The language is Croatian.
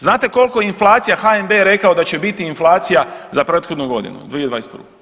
Znate koliko inflacija HNB je rekao da će biti inflacija za prethodnu godinu 2021.